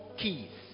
keys